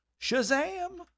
Shazam